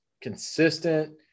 consistent